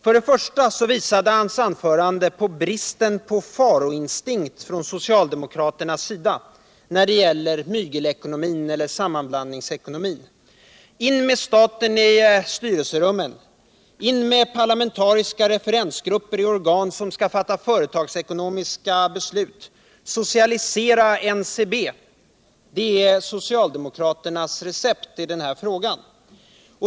För det första visade Olof Palmes anförande bristen på faroinstinkt från socialdemokraternas sida när det gäller mygelekonomin eller sammanblandningsekonomin. In med staten i styrelserummen! In med parlamentariska referensgrupper i organ som skall fatta företagsekonomiska beslut! Socialisera NCB! Det är socialdemokraternas recept i den här frågan.